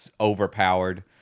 overpowered